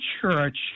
Church